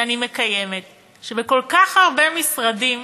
שבכל כך הרבה משרדים